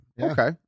okay